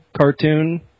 cartoon